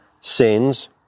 sins